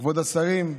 כבוד השרים,